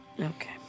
Okay